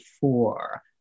four